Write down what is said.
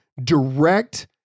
Direct